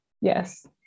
Yes